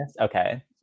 Okay